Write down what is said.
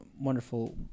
wonderful